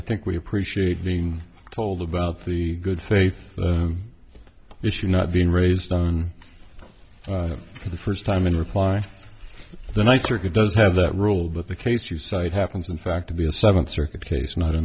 i think we appreciate being told about the good faith issue not being raised on the first time in reply the ninth circuit does have that rule but the case you cite happens in fact to be a seventh circuit case not a